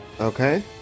Okay